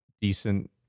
decent